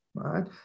right